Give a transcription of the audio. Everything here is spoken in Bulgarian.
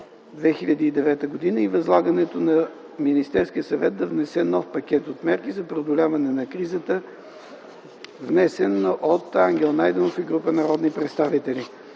2009 г., и възлагане на МС да внесе нов пакет от мерки за преодоляване на кризата, внесено от Ангел Найденов и група народни представители.